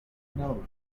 know